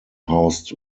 housed